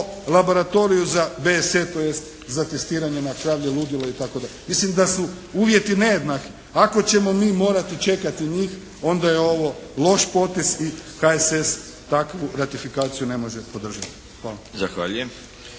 laboratoriju za DSET, tj. za testiranje na kravlje ludilo, itd. Mislim da su uvjeti nejednaki. Ako ćemo mi morati čekati njih onda je ovo loš potez i HSS takvu ratifikaciju ne može podržati. Hvala.